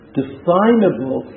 definable